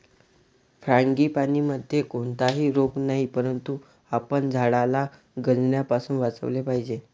फ्रांगीपानीमध्ये कोणताही रोग नाही, परंतु आपण झाडाला गंजण्यापासून वाचवले पाहिजे